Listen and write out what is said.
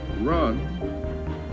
run